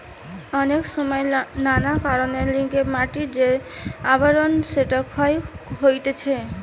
অনেক সময় নানান কারণের লিগে মাটির যে আবরণ সেটা ক্ষয় হতিছে